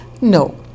no